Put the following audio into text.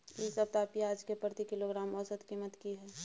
इ सप्ताह पियाज के प्रति किलोग्राम औसत कीमत की हय?